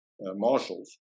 marshals